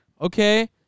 Okay